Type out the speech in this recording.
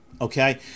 okay